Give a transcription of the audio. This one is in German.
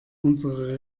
unsere